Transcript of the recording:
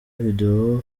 video